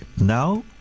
Now